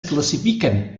classifiquen